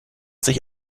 sich